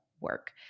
work